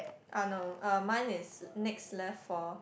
ah no uh mine is next left for